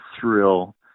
thrill